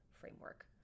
framework